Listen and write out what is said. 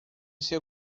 seu